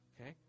okay